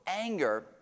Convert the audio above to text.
anger